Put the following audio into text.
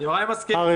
הצבעה לא נתקבלה.